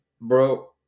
bro